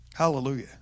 Hallelujah